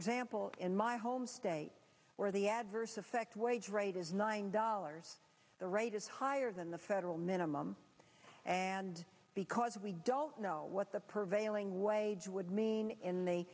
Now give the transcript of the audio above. example in my home state where the adverse effect wage rate is nine dollars the rate is higher than the federal minimum and because we don't know what the prevailing wage would mean in the